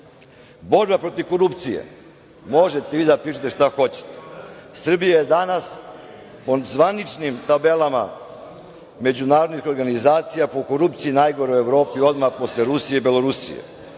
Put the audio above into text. uzeo. Borba protiv korupcije. Možete vi da pišete šta hoćete. Srbija je danas po zvaničnim tabelama međunarodnih organizacija po korupciji najgora u Evropi, a odmah posle Rusije i Belorusije.